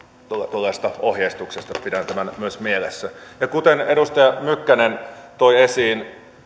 tulleesta ohjeistuksesta pidän tämän myös mielessä kuten edustaja mykkänen toi esiin